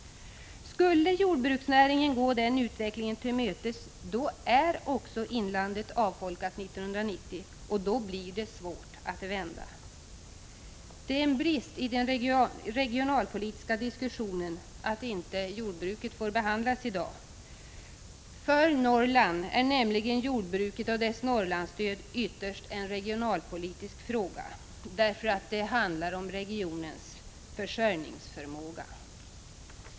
Skulle jordbruksnäringen gå den utvecklingen till mötes kommer inlandet att vara avfolkat år 1990, och då blir det svårt att vända. Det är en brist i den regionalpolitiska diskussionen att inte jordbruket får behandlas i dag. För Norrland är nämligen jordbruket och dess Norrlandsstöd ytterst en regionalpolitisk fråga. Det handlar nämligen om regionens försörjningsför Prot. 1985/86:149 måga.